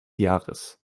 jahres